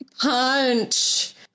punch